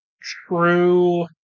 true